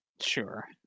Sure